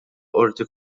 qorti